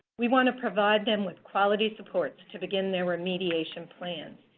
we want to provide them with quality support to begin their remediation plans.